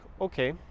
okay